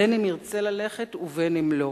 בין אם ירצה ללכת ובין אם לא.